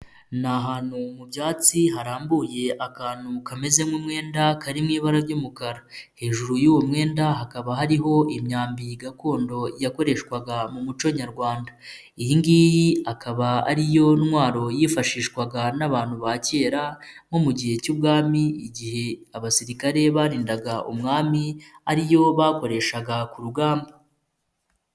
Ni ahantu mu byatsi harambuye akantu kameze nk'umwenda karirimo ibara ry'umukara. Hejuru y'uwo mwenda hakaba hari imyambi gakondo yakoreshwaga mu muco nyarwanda. Iyi ngiyi akaba ari yo ntwaro yifashishwaga n'abantu ba kera, nko mu gihe cy'ubwami igihe abasirikare barindaga umwami ari yo bakoreshaga ku rugamba.